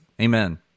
Amen